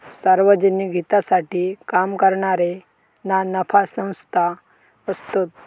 सार्वजनिक हितासाठी काम करणारे ना नफा संस्था असतत